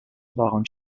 waren